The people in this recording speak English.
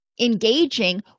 engaging